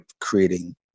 creating